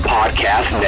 Podcast